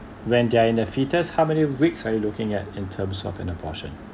when they're in the fetus how many weeks are you looking at in terms of an abortion